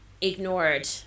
ignored